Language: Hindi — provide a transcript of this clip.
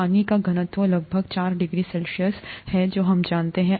पानी का घनत्व लगभग 4 डिग्री सेल्सियस है जो हम जानते हैं